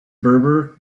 berber